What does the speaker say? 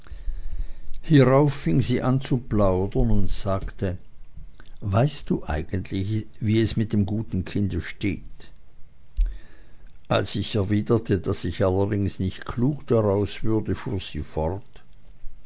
hierauf fing sie an zu plaudern und sagte weißt du eigentlich wie es mit dem guten kinde steht als ich erwiderte daß ich allerdings nicht klug daraus würde fuhr sie fort